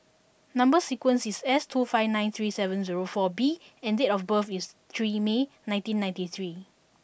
number sequence is S two five nine three seven zero four B and date of birth is three May nineteen ninety three